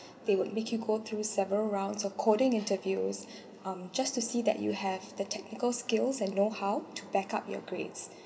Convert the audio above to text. they will make you go through several rounds of coding interviews um just to see that you have the technical skills and know how to backup your grades